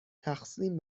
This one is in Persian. تقسیم